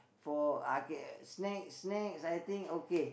for uh K snack snack I think okay